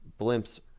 blimps